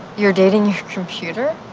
you're dating your computer?